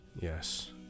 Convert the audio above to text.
Yes